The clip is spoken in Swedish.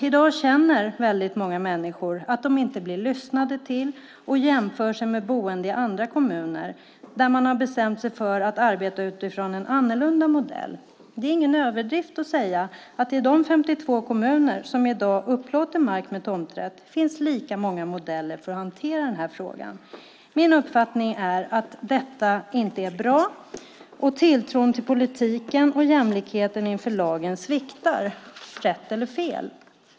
I dag känner väldigt många människor att de inte blir lyssnade till och jämför sig med boende i andra kommuner där man har bestämt sig för att arbeta utifrån en annorlunda modell. Det är ingen överdrift att säga att i de 52 kommuner som i dag upplåter mark med tomträtt finns lika många modeller för att hantera denna fråga. Min uppfattning är att detta inte är bra och att tilltron till politiken och jämlikheten inför lagen sviktar - rätt eller fel.